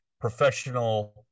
professional